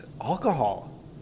alcohol